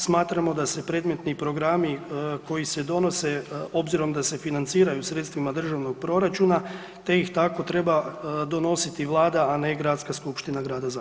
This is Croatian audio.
Smatramo da se predmetni programi koji se donose, obzirom da se financiraju sredstvima državnog proračuna te ih tako treba donositi Vlada, a ne Gradska skupština Grada Zagreba.